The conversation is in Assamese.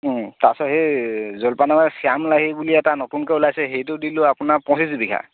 তাৰপাছত সেই জলপানাৰ শ্যাম লাহি বুলি এটা নতুনকৈ ওলাইছে সেইটো দিলোঁ আপোনাৰ পঁচিছ বিঘা